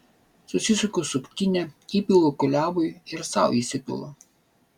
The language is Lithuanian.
susisuku suktinę įpilu kuliavui ir sau įsipilu